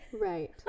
right